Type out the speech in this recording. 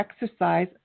exercise